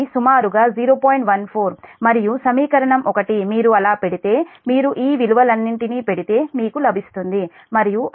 14 మరియు సమీకరణం 1 మీరు అలా పెడితే మీరు ఈ విలువ లన్నింటినీ పెడితే మీకు లభిస్తుంది మరియు అది సుమారు 0